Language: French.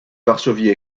varsovie